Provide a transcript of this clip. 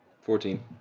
Fourteen